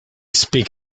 speak